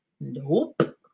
Nope